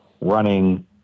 running